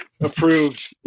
Approved